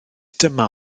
dyma